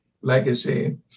legacy